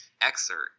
excerpt